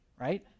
right